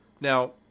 Now